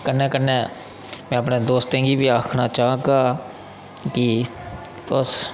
कन्नै कन्नै में अपने दोस्तें गी बी आखना चाह्गा कि तुस